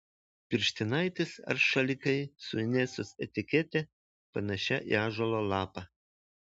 pirštinaitės ar šalikai su inesos etikete panašia į ąžuolo lapą